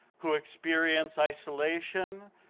who experience isolation,